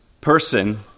person